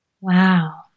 Wow